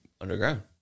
Underground